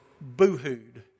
boo-hooed